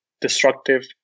destructive